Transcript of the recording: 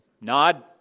Nod